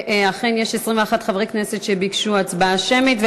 ואכן יש 21 חברי כנסת שביקשו הצבעה שמית,